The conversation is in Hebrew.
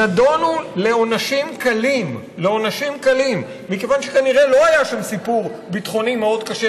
נידונו לעונשים קלים מכיוון שכנראה לא היה שם סיפור ביטחוני מאוד קשה,